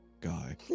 guy